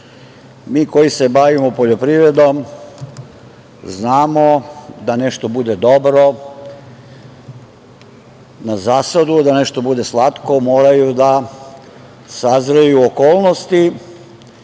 mi koji se bavimo poljoprivredom znamo da nešto bude dobro na zasadu, a da nešto bude slatko moraju da sazreju okolnosti